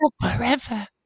Forever